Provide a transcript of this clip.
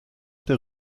der